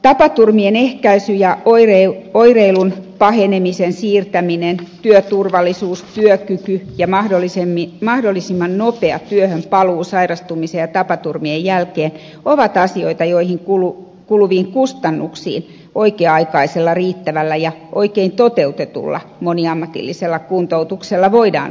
tapaturmien ehkäisy ja oireilun pahenemisen siirtäminen työturvallisuus työkyky ja mahdollisimman nopea työhön paluu sairastumisen ja tapaturmien jälkeen ovat asioita joihin kuluviin kustannuksiin oikea aikaisella riittävällä ja oikein toteutetulla moniammatillisella kuntoutuksella voidaan vaikuttaa